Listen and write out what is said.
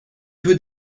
peu